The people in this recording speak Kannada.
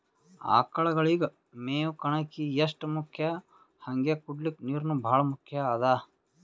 ಆಕಳಗಳಿಗ್ ಮೇವ್ ಕಣಕಿ ಎಷ್ಟ್ ಮುಖ್ಯ ಹಂಗೆ ಕುಡ್ಲಿಕ್ ನೀರ್ನೂ ಭಾಳ್ ಮುಖ್ಯ ಅದಾ